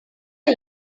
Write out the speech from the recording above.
are